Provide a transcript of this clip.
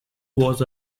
was